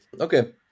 Okay